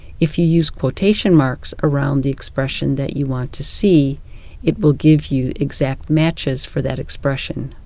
if you use quotation marks around the expression that you want to see it will give you exact matches for that expression.